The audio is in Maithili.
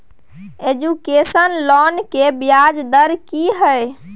एजुकेशन लोन के ब्याज दर की हय?